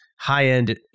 high-end